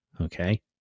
Okay